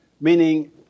meaning